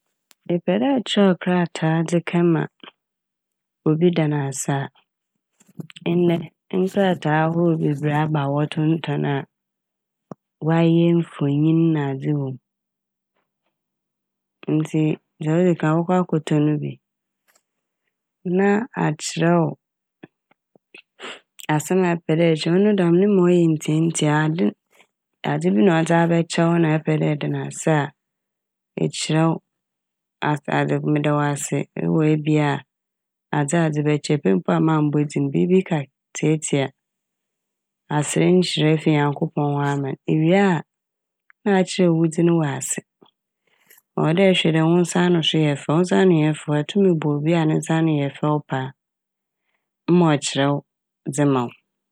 Epɛ dɛ ɛkyerɛw krataa dze kɛma obi da n'ase a. Ndɛ nkrataa a ahorow bebree a aba wɔtonton a ɔayeyɛ mfonyin na nadze wɔ m', ntsi dza odzi kan mɔkɔ akɔtɔ ɔno bi. Na akyerɛw asɛm a epɛ dɛ ɛkyerɛw, ɔno dɛm no ema ɔyɛ ntsiatsia. Ade - adze pi na ɔdze abɛkyɛw na epɛ dɛ eda n'ase a, ekyerɛw aa- ad-meda wo ase, ewɔ ebi a adze a edze bɛkyɛ, epɛ mpo a memmbɔ dzin, biibi ka tsiatsia a, aserɛ nhyira efi Nyankopɔn hɔ ama n'. Iwie a na akyerɛw wo dzin wɔ ase. Ewɔ dɛ ehwɛ dɛ wo nsaano so yɛ fɛw a, wo nsaano nnyɛ fɛw a itum bɔ obi a ne nsaano yɛ fɛw paa mma ɔkyerɛw dze ma wo.